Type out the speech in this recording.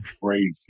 crazy